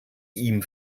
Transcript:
ihm